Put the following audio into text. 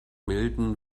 milden